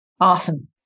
Awesome